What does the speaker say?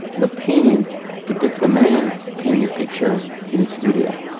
the painting depicts a man painting a picture in his studio,